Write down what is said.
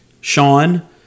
Sean